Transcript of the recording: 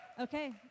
Okay